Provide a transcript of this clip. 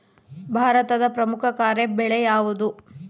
ಭಾರತದ ಪ್ರಮುಖ ಖಾರೇಫ್ ಬೆಳೆ ಯಾವುದು?